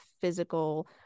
physical